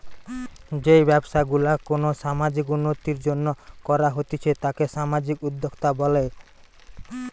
যেই ব্যবসা গুলা কোনো সামাজিক উন্নতির জন্য করা হতিছে তাকে সামাজিক উদ্যোক্তা বলে